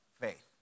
faith